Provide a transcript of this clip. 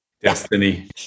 Destiny